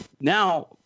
now